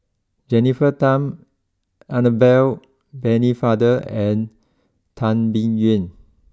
Jennifer Tham Annabel Pennefather and Tan Biyun